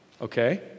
okay